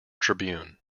tribune